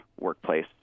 workplace